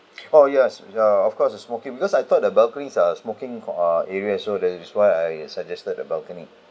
oh yes yeah of course the smoking because I thought that balcony is uh smoking uh areas so that is why I suggested the balcony